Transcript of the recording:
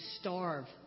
starve